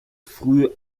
früh